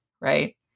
right